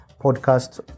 podcast